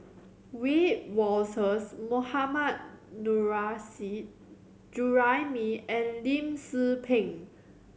Wiebe Wolters Mohammad Nurrasyid Juraimi and Lim Tze Peng